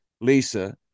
Lisa